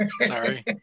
sorry